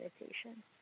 meditation